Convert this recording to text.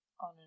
on